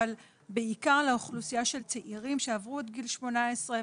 אבל בעיקר לאוכלוסייה של צעירים שעברו את גיל 18,